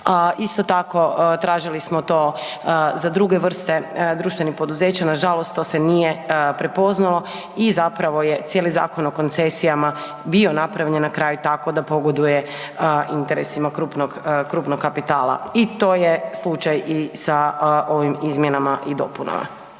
isto tako tražili smo to za druge vrste društvenih poduzeća, nažalost to se nije prepoznalo i zapravo je cijeli Zakon o koncesijama bio napravljen na kraju tako da pogoduje interesima krupnog, krupnog kapitala i to je slučaj i sa ovim izmjenama i dopunama.